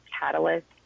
catalyst